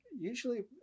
Usually